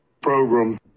Program